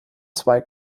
zwei